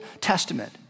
Testament